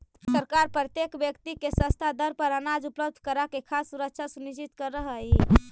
सरकार प्रत्येक व्यक्ति के सस्ता दर पर अनाज उपलब्ध कराके खाद्य सुरक्षा सुनिश्चित करऽ हइ